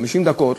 50 דקות,